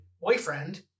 boyfriend